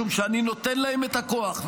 משום שאני נותן להם את הכוח,